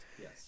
Yes